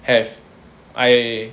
have I